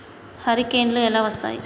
హరికేన్లు ఎలా వస్తాయి?